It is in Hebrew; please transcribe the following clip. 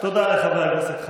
להדיח ראש ממשלה אפשר.